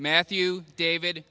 matthew david